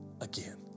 again